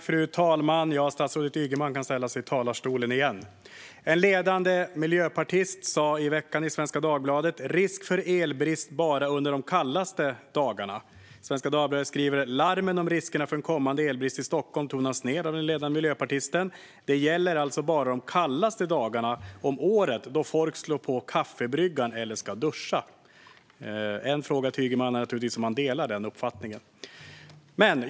Fru talman! Statsrådet Ygeman kan ställa sig i talarstolen igen. En ledande miljöpartist sa i veckan i Svenska Dagbladet att det är risk för elbrist bara under de kallaste dagarna. Svenska Dagbladet skriver att "larmen om riskerna för en kommande elbrist i Stockholm tonas ner" av den ledande miljöpartisten, som säger: "Det gäller bara de allra kallaste dagarna om året då folk slår på kaffebryggaren eller ska duscha." En fråga till Ygeman är naturligtvis om han delar den uppfattningen.